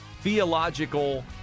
theological